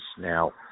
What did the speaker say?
Now